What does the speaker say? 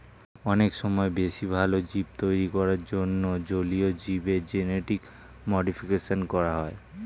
অনেক সময় বেশি ভালো জীব তৈরী করার জন্যে জলীয় জীবের জেনেটিক মডিফিকেশন করা হয়